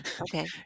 okay